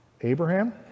abraham